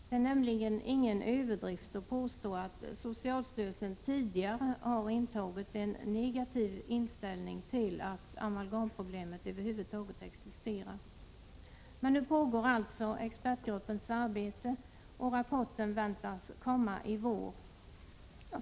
Det är nämligen ingen överdrift att påstå att socialstyrelsen tidigare intagit en negativ inställning och ifrågasatt om amalgamproblemet över huvud taget existerar. Men nu pågår alltså expertgruppens arbete, och rapporten väntas komma i vår.